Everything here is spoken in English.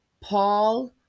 Paul